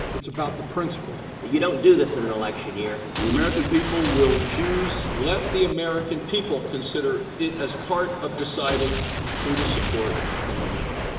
its about the principal. you dont do this in an election year. the american people will choose. let the american people consider it as part of deciding who to support in november.